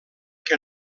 que